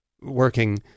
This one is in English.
working